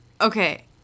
Okay